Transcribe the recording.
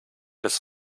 des